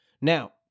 Now